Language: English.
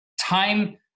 time